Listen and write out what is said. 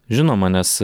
žinoma nes